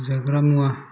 जाग्रा मुवा